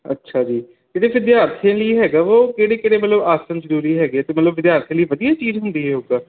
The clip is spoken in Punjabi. ਅੱਛਾ ਜੀ ਜਿਹੜੇ ਵਿਦਿਆਰਥੀਆਂ ਲਈ ਹੈਗਾ ਵਾ ਉਹ ਕਿਹੜੇ ਕਿਹੜੇ ਮਤਲਬ ਆਸਣ ਜ਼ਰੂਰੀ ਹੈਗੇ ਅਤੇ ਮਤਲਬ ਵਿਦਿਆਰਥੀਆਂ ਲਈ ਵਧੀਆ ਚੀਜ਼ ਹੁੰਦੀ ਹੈ ਯੋਗਾ